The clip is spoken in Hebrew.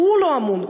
הוא לא אמון,